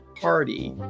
party